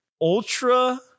Ultra